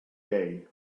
day